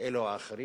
אלו או אחרים,